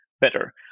better